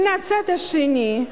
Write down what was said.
מן הצד השני,